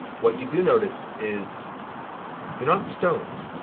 what you do notice is, they're not stones.